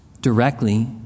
directly